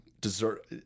Dessert